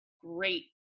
great